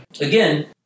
Again